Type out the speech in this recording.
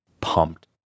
pumped